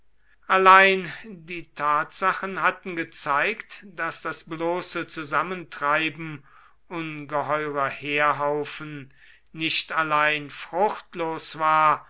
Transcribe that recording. allein die tatsachen hatten gezeigt daß das bloße zusammentreiben ungeheurer heerhaufen nicht allein fruchtlos war